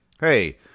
Hey